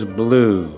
blue